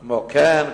כמו כן,